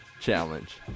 challenge